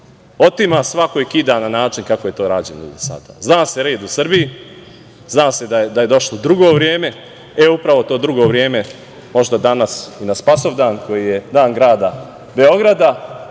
otima svakoj i kida na način kakvo je to rađeno do sada. Zna se red u Srbiji, zna se da je došlo do drugo vreme. Upravo to drugo vreme možda danas i na Spasovdan koji je Dan grada Beograda,